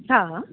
हा हा